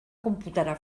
computarà